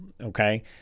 okay